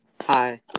hi